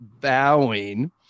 bowing